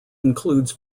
includes